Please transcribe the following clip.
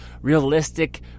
realistic